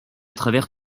travers